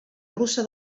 russa